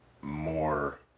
more